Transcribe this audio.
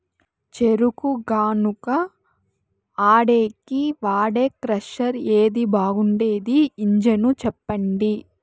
చెరుకు గానుగ ఆడేకి వాడే క్రషర్ ఏది బాగుండేది ఇంజను చెప్పండి?